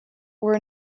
were